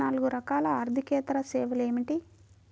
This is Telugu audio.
నాలుగు రకాల ఆర్థికేతర సేవలు ఏమిటీ?